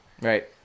Right